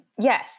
Yes